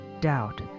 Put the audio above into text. doubt